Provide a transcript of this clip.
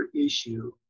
issue